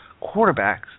quarterbacks